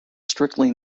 strictly